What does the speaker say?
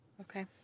Okay